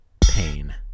Pain